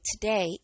today